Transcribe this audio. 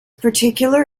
particular